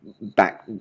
back